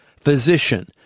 Physician